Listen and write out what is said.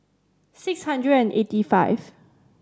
six hundred and eighty five